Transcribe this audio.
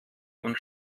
und